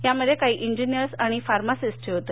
यामध्ये काही इंजिनियर्स आणि फार्मासिस्टही होते